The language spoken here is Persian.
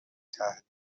تحریک